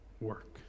work